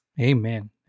Amen